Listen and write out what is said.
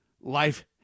Life